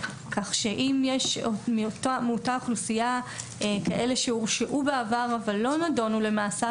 כך שאם יש מאותה אוכלוסייה כאלה שהורשעו בעבר אבל לא נדונו למאסר,